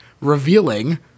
revealing